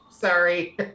Sorry